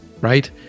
Right